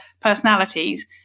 personalities